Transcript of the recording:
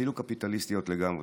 אפילו קפיטליסטיות לגמרי.